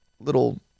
little